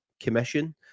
commission